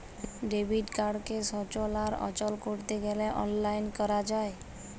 debit কাড়কে সচল আর অচল ক্যরতে গ্যালে অললাইল ক্যরা যায়